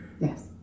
yes